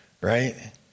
right